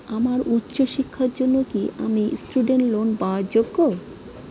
আমার উচ্চ শিক্ষার জন্য কি আমি স্টুডেন্ট লোন পাওয়ার যোগ্য?